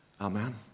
Amen